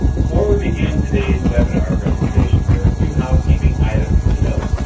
before we begin today's webinar presentation there are a few housekeeping items to note.